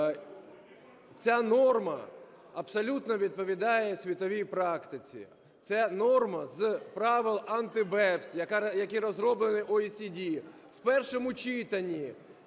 Ця норма абсолютно відповідає світовій практиці. Це норма з правил анти-BEPS, який розроблений OECD. В першому читанні